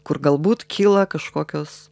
kur galbūt kyla kažkokios